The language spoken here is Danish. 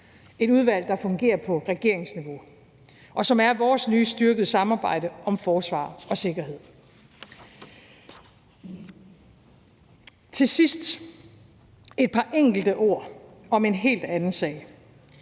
et udvalg, der fungerer på regeringsniveau, og som er vores nye styrkede samarbejde om forsvar og sikkerhed. Til sidst vil jeg komme med et par enkelte ord om en helt anden sag.